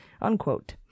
Unquote